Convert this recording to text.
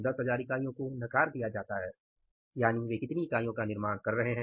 10000 इकाइयों को नकार दिया जाता है यानि वे कितनी इकाइयों का निर्माण कर रहे हैं